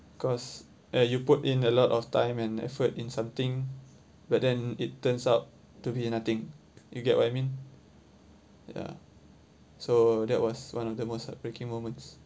because uh you put in a lot of time and effort in something but then it turns out to be nothing you get what you mean ya so that was one of the most heartbreaking moments